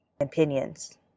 opinions